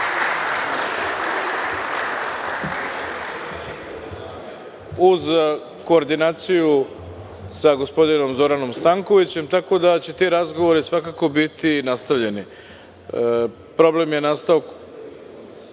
uz koordinaciju sa gospodinom Zoranom Stankovićem, tako da će ti razgovori svakako biti nastavljeni. Problem je nastao